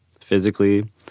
physically